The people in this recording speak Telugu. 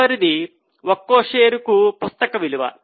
తదుపరిది ఒక్కో షేరుకు పుస్తక విలువ